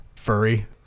furry